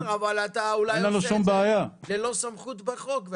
בסדר, אבל אתה אולי עושה את זה ללא סמכות בחוק.